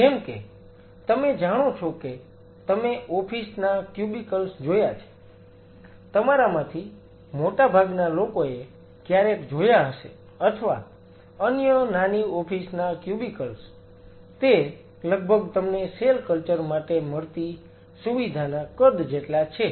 જેમ કે તમે જાણો છો કે તમે ઓફિસ ના ક્યુબિકલ્સ જોયા છે તમારામાંથી મોટાભાગના લોકોએ ક્યારેક જોયા હશે અથવા અન્ય નાની ઓફિસ ના ક્યુબિકલ્સ તે લગભગ તમને સેલ કલ્ચર માટે મળતી સુવિધાના કદ જેટલા છે